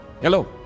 Hello